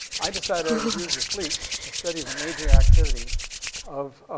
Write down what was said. i decided i would use the fleet to study the major activity of, ah,